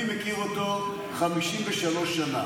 אני מכיר אותו 53 שנה,